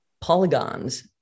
polygons